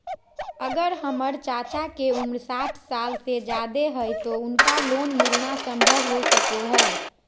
अगर हमर चाचा के उम्र साठ साल से जादे हइ तो उनका लोन मिलना संभव हो सको हइ?